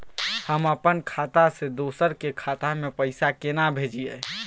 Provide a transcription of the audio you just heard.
हम अपन खाता से दोसर के खाता में पैसा केना भेजिए?